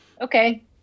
Okay